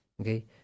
Okay